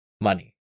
money